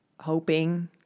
hoping